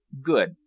good